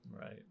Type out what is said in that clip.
right